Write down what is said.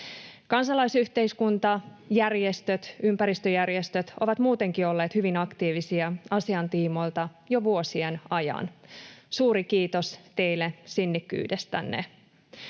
Kansalaisyhteiskunta, järjestöt, ympäristöjärjestöt ovat muutenkin olleet hyvin aktiivisia asian tiimoilta jo vuosien ajan. Suuri kiitos teille sinnikkyydestänne.